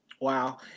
wow